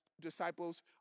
disciples